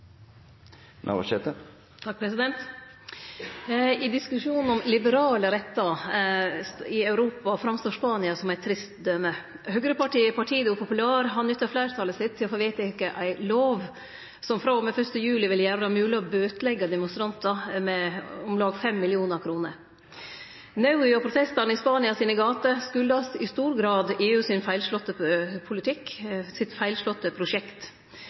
Navarsete – til oppfølgingsspørsmål. I diskusjonen om liberale rettar i Europa framstår Spania som eit trist døme. Høgrepartiet Partido Popular har nytta fleirtalet sitt til å få vedteke ei lov som frå og med 1. juli vil gjere det mogleg å bøtleggje demonstrantar med om lag 5 mill. kr. Nauda og protestane i Spania sine gater kjem i stor grad av EU sin feilslåtte politikk, sitt feilslåtte prosjekt.